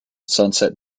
sunset